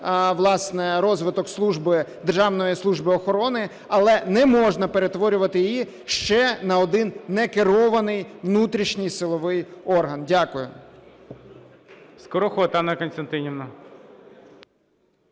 власне, розвиток служби Державної служби охорони, але не можна перетворювати її ще на один некерований внутрішній силовий орган. Дякую.